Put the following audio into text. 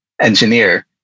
engineer